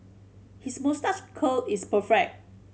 his moustache curl is perfect